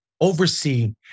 oversee